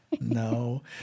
No